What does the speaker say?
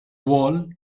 wall